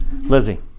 Lizzie